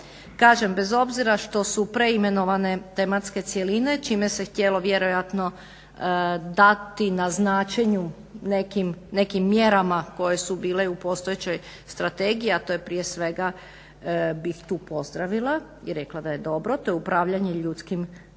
Kažem, bez obzira što su preimenovane tematske cjeline čime se htjelo vjerojatno dati na značenju nekim mjerama koje su bile u postojećoj strategiji, a to je prije svega bih tu pozdravila i rekla da je dobro, to je upravljanje ljudskim potencijalima.